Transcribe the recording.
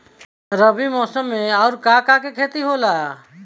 रबी मौसम में आऊर का का के खेती होला?